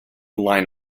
line